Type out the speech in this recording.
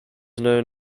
known